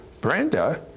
Brenda